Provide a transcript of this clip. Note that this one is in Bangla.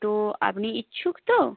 তো আপনি ইচ্ছুক তো